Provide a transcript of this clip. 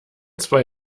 zwei